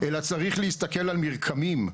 אלא צריך להסתכל על מרקמים.